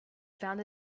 found